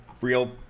real